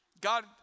God